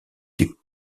des